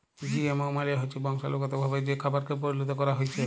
GMO মালে হচ্যে বংশালুগতভাবে যে খাবারকে পরিলত ক্যরা হ্যয়েছে